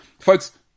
Folks